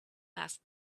asked